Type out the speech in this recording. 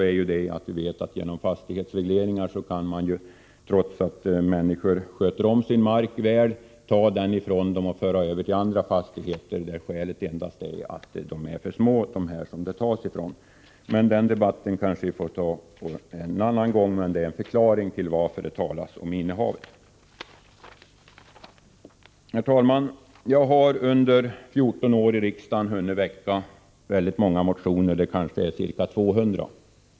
Trots att människor sköter om sin mark väl kan man ju genom fastighetsregleringar ta marken ifrån dem och föra över den till andra fastigheter — av det enda skälet att deras fastigheter är för små. Den debatten kanske vi får ta en annan gång. Men detta är alltså en förklaring till att det även talas om innehav. Herr talman! Jag har under 14 år i riksdagen hunnit väcka många motioner — kanske ca 200.